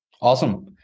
Awesome